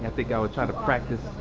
and think i will try to practice.